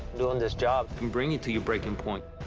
doing this job can bring you to your breaking point.